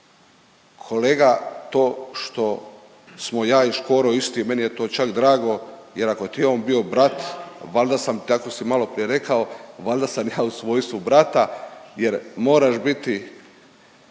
Kolega to što smo ja i Škoro isti meni je to čak drago, jer ako ti je on bio brat, valjda sam, tako si malo prije rekao, valjda sam ja u svojstvu brata jer moraš biti